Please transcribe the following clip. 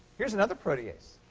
here's another protease.